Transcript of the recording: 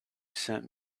sent